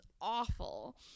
awful